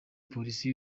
polisi